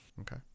Okay